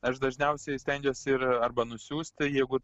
aš dažniausiai stengiuosi ir arba nusiųsti jeigu